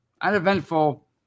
uneventful